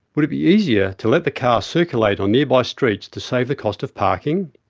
would it be easier to let the car circulate on nearby streets to save the cost of parking?